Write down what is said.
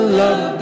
love